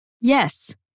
Yes